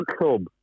club